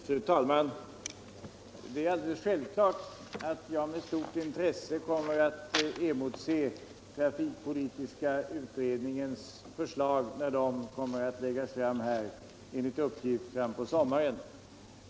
Fru talman! Det är självklart att jag med stort intresse emotser trafikpolitiska kommitténs förslag, som enligt uppgift kommer att läggas fram någon gång i sommar.